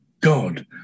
God